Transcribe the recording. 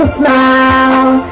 smile